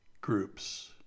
groups